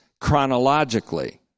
chronologically